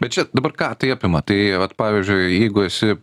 bet čia dabar ką tai apima tai vat pavyzdžiui jeigu esi